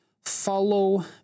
Follow